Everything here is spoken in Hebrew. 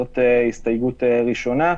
זו הסתייגות ראשונה.